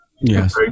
Yes